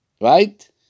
Right